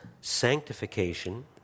sanctification